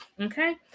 okay